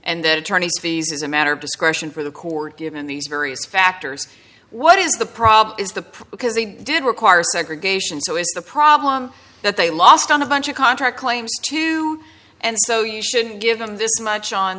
and that attorney's fees is a matter of discretion for the court given these various factors what is the problem is the because they did require segregation so is the problem that they lost on a bunch of contract claims too and so you shouldn't give them this much on